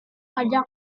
pajak